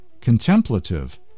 contemplative